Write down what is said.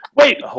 Wait